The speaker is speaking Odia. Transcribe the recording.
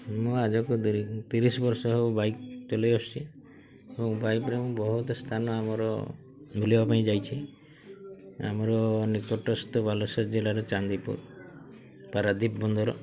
ମୁଁ ଆଜକୁ ତିରିଶ ବର୍ଷ ହଉ ବାଇକ୍ ଚଲାଇ ଆସୁଛି ଏବଂ ବାଇକ୍ରେ ମୁଁ ବହୁତ ସ୍ଥାନ ଆମର ବୁଲିବା ପାଇଁ ଯାଇଛି ଆମର ନିକଟସ୍ଥ ବାଲେଶ୍ୱର ଜିଲ୍ଲାରେ ଚାନ୍ଦିପୁର ପାରାଦ୍ୱୀପ ବନ୍ଦର